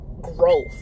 growth